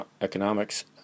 Economics